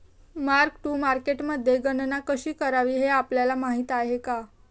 Mark to मार्केटमध्ये गणना कशी करावी हे आपल्याला माहित आहे का?